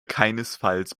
keinesfalls